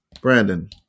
Brandon